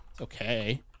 Okay